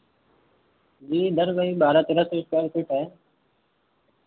जी इधर कहीं बारह तेरह सौ स्क्वाॅयर फ़ीट है